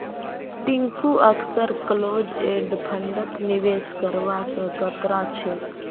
टिंकू अक्सर close end फंडत निवेश करवा स कतरा छेक